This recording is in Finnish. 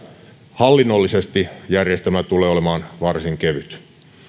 hallinnollisesti järjestelmä tulee olemaan varsin kevyt